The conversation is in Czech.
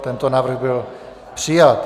Tento návrh byl přijat.